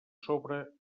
sobre